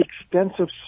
extensive